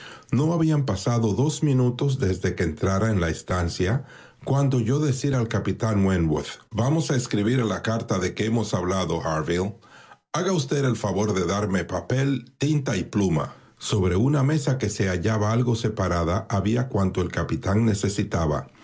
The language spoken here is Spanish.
no habían pasado dos minutos desde que entrara en la estancia cuando oyó decir al capitán weatworth vamos a escribir la carta de que hemos hablado harville haga usted el favor de darme papel tinta y pluma sobre una mesa que se hallaba algo separada había cuanto el capitán necesitaba